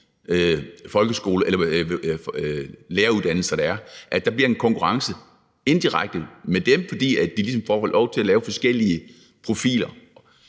læreruddannelser, der er. Der bliver indirekte en konkurrence mellem dem, fordi de ligesom får lov til at lave forskellige profiler,